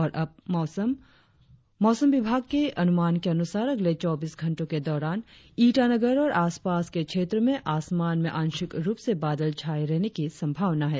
और अब मौसम मौसम विभाग के अनुमान के अनुसार अगले चौबीस घंटो के दौरान ईटानगर और आसपास के क्षेत्रो में आसमान में आंशिक रुप से बादल छाये रहने की संभावना है